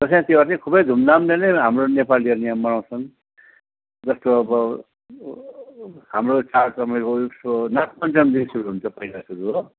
दसैँ तिहार चाहिँ खुबै धुमधामले नै हाम्रो नेपालीहरूले मनाउँछन् जस्तो अब हाम्रो चाड तपाईँको उसको नागपञ्चमीदेखि सुरु हुन्छ पहिला सुरु हो